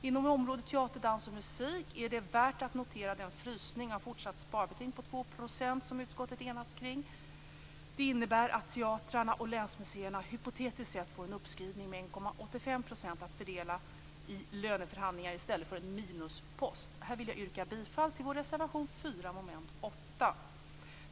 Inom området teater, dans och musik är det värt att notera den frysning av fortsatt sparbeting på 2 % som utskottet har enats kring. Det innebär att teatrarna och länsmuseerna hypotetiskt sett får en uppskrivning med 1,85 % att fördela i löneförhandlingar i stället för en minuspost. Här vill jag yrka bifall till vår reservation nr 4 under mom. 8. Herr talman!